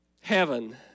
Heaven